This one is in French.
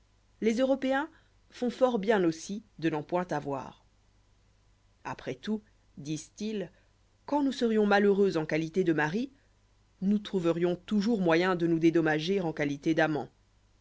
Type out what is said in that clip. les européens font fort bien aussi de n'en point avoir après tout disent-ils quand nous serions malheureux en qualité de maris nous trouverions toujours moyen de nous dédommager en qualité d'amants